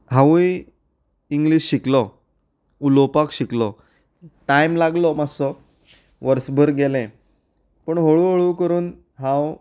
हांवूय इंग्लीश शिकलो उलोवपाक शिकलो टायम लागलो मातसो वर्स भर गेलें पूण हळू हळू करून हांव